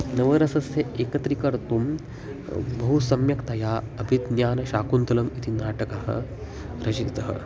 नवरसस्य एकत्रीकर्तुं बहु सम्यक्तया अपिज्ञानशाकुन्तलम् इति नाटकं रचितं